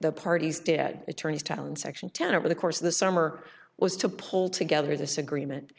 the parties did at attorneys town section ten over the course of the summer was to pull together this agreement